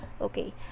Okay